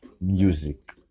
music